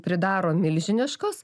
pridaro milžiniškos